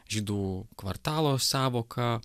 žydų kvartalo sąvoka